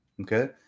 Okay